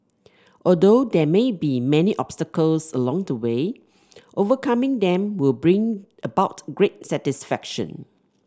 although there may be many obstacles along the way overcoming them will bring about great satisfaction